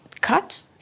cut